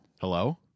Hello